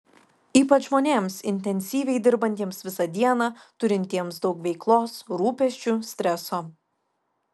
ypač žmonėms intensyviai dirbantiems visą dieną turintiems daug veiklos rūpesčių streso